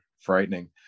frightening